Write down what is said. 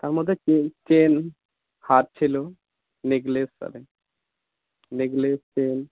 তার মধ্যে চেন হার ছিল নেকলেস নেকলেস চেন